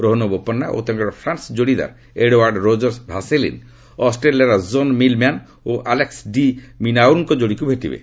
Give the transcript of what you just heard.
ରୋହନ ବୋପନ୍ନା ଓ ତାଙ୍କର ଫ୍ରାନ୍ସ ଯୋଡ଼ିଦାର ଏଡ୍ୱାଡ୍ ରୋଜର ଭାସେଲିନ୍ ଅଷ୍ଟ୍ରେଲିଆର ଜୋନ୍ ମିଲ୍ମ୍ୟାନ୍ ଓ ଆଲେକ୍ସ ଡି ମିନାଉର୍କ ଜୋଡ଼ିକୁ ଭେଟିବେ